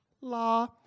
la